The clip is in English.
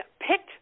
picked